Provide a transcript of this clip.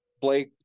Blake